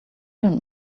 don’t